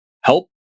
help